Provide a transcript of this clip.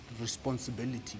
responsibility